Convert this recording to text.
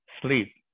sleep